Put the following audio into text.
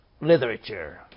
literature